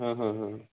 हां हा हां हां